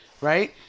right